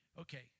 Okay